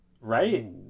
Right